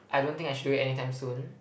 I don't think I should do it any time soon